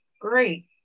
great